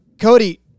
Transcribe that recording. Cody